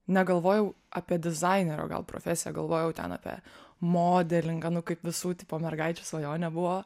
negalvojau apie dizainerio profesiją galvojau ten apie modelingą nu kaip visų tipo mergaičių svajonė buvo